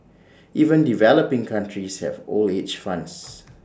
even developing countries have old age funds